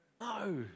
No